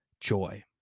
joy